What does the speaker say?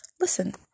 listen